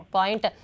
Point